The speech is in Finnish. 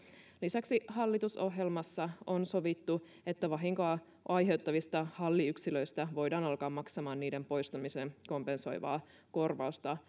lisäksi hallitusohjelmassa on sovittu että vahinkoa aiheuttavista halliyksilöistä voidaan alkaa maksamaan niiden poistamisen kompensoivaa korvausta